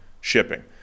shipping